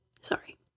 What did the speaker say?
sorry